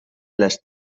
las